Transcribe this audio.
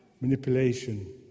manipulation